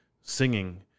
singing